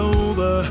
over